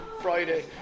Friday